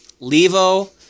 Levo